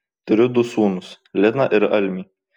turiu du sūnus liną ir almį